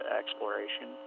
exploration